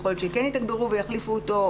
יכול להיות שכן יתגברו ויחליפו אותו,